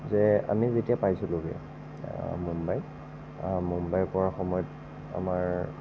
যে আমি যেতিয়া পাইছিলোগৈ মুম্বাইত মুম্বাই পোৱাৰ সময়ত আমাৰ